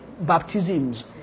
baptisms